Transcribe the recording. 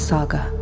Saga